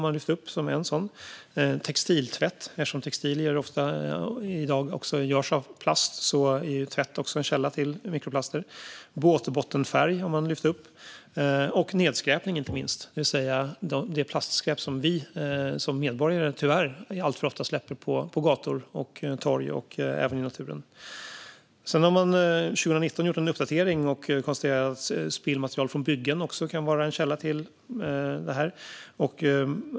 Textiltvätt är också en källa till mikroplaster, eftersom textilier i dag ofta görs av plast. Båtbottenfärg har man lyft upp som en sådan källa och inte minst nedskräpning, det vill säga det plastskräp som vi som medborgare tyvärr alltför ofta släpper på gator och torg och även i naturen. År 2019 gjorde man en uppdatering och konstaterade att spillmaterial från byggen också kan vara en källa till mikroplast.